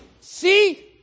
See